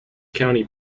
county